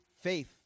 faith